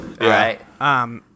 Right